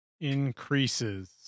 increases